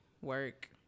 Work